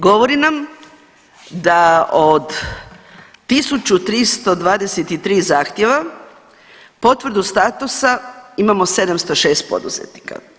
Govori nam da od 1323 zahtjeva potvrdu statusa imamo 706 poduzetnika.